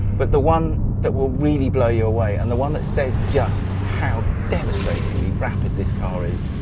but the one that will really blow you away and the one that says just how devastatingly rapid this car is,